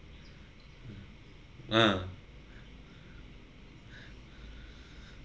mmhmm ah